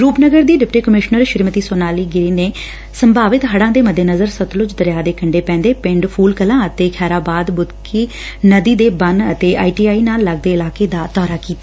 ਰੂਪਨਗਰ ਦੀ deputy commissioner Shrimati Sonali Giri ਨੇ ਸੰਭਾਵਿਤ ਹਕੂਾਂ ਦੇ ਮੱਦੇਨਜਰ ਸਤਲੁਜ਼ ਦਰਿਆ ਦੇ ਕੰਢੇ ਪੈਂਦੇ ਪਿੰਡਾਂ ਫੁਲ ਕਲਾਂ ਅਤੇ ਖੈਰਾਬਾਦ ਬੂਦਕੀ ਨਦੀ ਦਾ ਬੰਨੂ ਅਤੇ ਆਈ ਆਈ ਟੀ ਨਾਲ ਲਗਦੇ ਇਲਾਕੇ ਦਾ ਦੌਰਾ ਕੀਤਾ